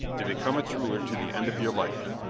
to become its ruler to the end of your life.